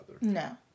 No